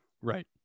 Right